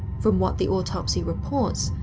from what the autopsy reports,